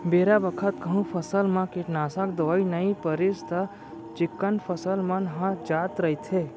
बेरा बखत कहूँ फसल म कीटनासक दवई नइ परिस त चिक्कन फसल मन ह जात रइथे